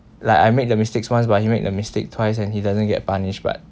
like I made the mistake once but he made the mistake twice and he doesn't get punished but